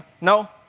no